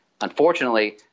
Unfortunately